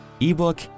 ebook